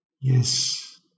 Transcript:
Yes